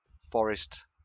Forest